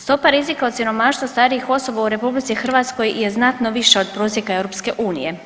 Stoga rizika od siromaštava starijih osoba u RH je znatno viša od prosjeka EU.